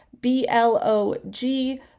b-l-o-g-